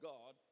God